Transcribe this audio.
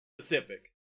specific